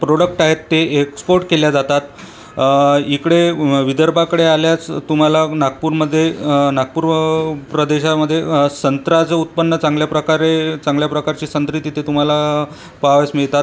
product आहेत ते export केले जातात इकडे विदर्भाकडे आल्यास तुम्हाला नागपूरमध्ये नागपूर प्रदेशामध्ये संत्राचं उत्पन्न चांगल्या प्रकारे चांगल्या प्रकारची संत्री तिथे तुम्हाला पहावयास मिळतात